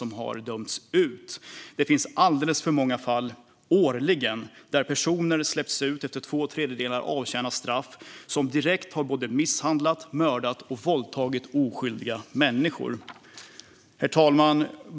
Det förekommer årligen alldeles för många fall där personer som släppts ut efter att ha avtjänat två tredjedelar av sitt straff direkt har misshandlat, mördat och våldtagit oskyldiga människor. Herr talman!